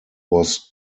was